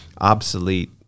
obsolete